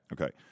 Okay